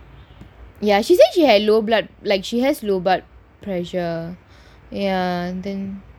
ya she say she had low blood like she has low blood pressure ya then